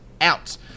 out